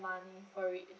money for it